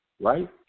right